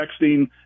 texting